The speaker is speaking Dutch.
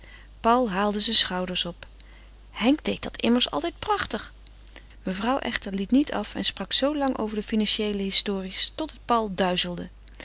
paul haalde zijn schouders op henk deed dat immers altijd prachtig mevrouw echter liet niet af en sprak zoolang over de financieele histories tot het paul duizelde